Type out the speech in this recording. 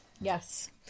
yes